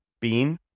bean